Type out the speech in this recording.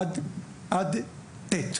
עד ט'.